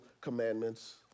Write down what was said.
commandments